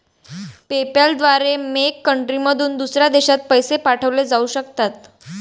PayPal द्वारे मेक कंट्रीमधून दुसऱ्या देशात पैसे पाठवले जाऊ शकतात